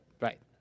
Right